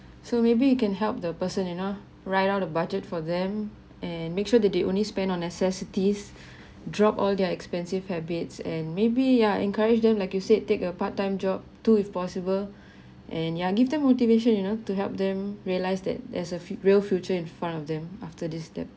so maybe you can help the person you know write out a budget for them and make sure that they only spend on necessities drop all their expensive habits and maybe ya encourage them like you said take a part time job too if possible and ya give them motivation you know to help them realize that there's a real future in front of them after this step